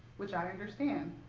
which i understand.